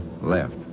Left